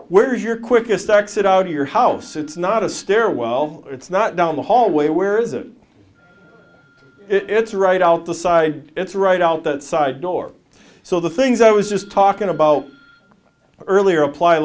where you're quickest exit out of your house it's not a stairwell it's not down the hallway where is it it's right out the side it's right out the side door so the things i was just talking about earlier apply